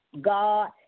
God